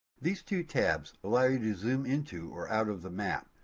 these two tabs allow you to zoom into or out of the map.